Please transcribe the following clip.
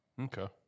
Okay